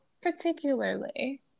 particularly